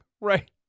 Right